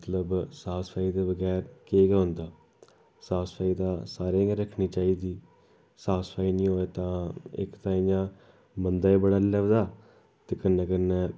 मतलब साफ सफाई दे बगैर केह् गै होंदा साफ सफाई दा सारें गै रक्खनी चाहिदी साफ सफाई नेईं होऐ ते तां इक ते इ'यां बंदा बी बने दा नेईं लभदा ते कन्नै कन्नै